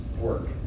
work